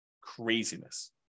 Craziness